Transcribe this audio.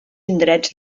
indrets